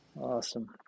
Awesome